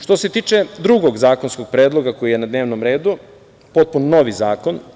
Što se tiče drugog zakonskog predloga koji je na dnevnom redu, potpuno novi zakon.